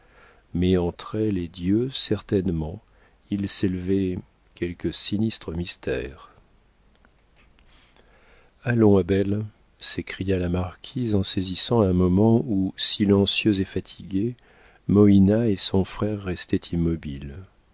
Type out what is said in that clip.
mais entre elles et dieu certainement il s'élevait quelque sinistre mystère allons abel s'écria la marquise en saisissant un moment où silencieux et fatigués moïna et son frère restaient immobiles